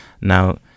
Now